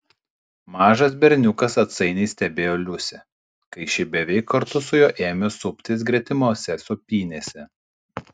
mažas berniukas atsainiai stebėjo liusę kai ši beveik kartu su juo ėmė suptis gretimose sūpynėse